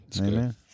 Amen